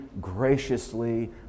graciously